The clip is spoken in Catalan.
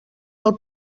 del